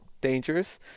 Dangerous